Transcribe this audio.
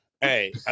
Hey